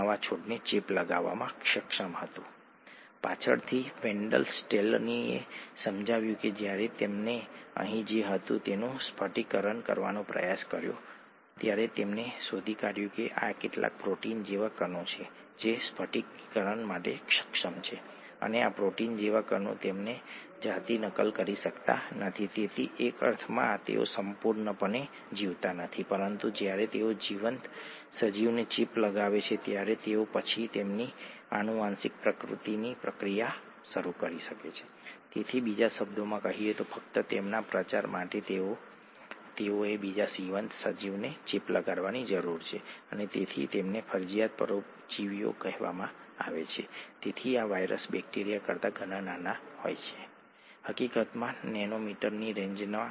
isoelectric pH પર isoelectric pH એ pH એક પીએચ છે જેના પર કોઇ ચોખ્ખો ચાર્જ હોતો નથી આંતરક્રિયાઓ ખૂબ જ અલગ હોય છે અને તે સમયે પ્રોટીન વચ્ચેની ક્રિયાપ્રતિક્રિયા વધુ હોઇ શકે છે તેથી તે દ્રાવણોમાંથી બહાર નીકળી જાય છે હવે તેની આસપાસ હાઇડ્રેશન સ્તરનો વધારે ભાગ નથી